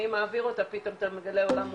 מי מעביר אותה פתאום אתה מגלה עולם ומלואו.